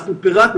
אנחנו פירטנו,